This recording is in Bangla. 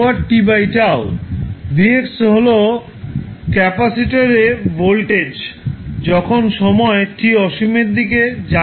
Vs হল ক্যাপাসিটর এর ভোল্টেজ যখন সময় t অসীমের দিকে যাচ্ছে